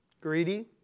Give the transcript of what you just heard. Greedy